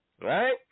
right